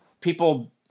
People